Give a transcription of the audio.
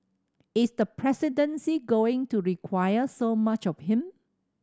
is the presidency going to require so much of him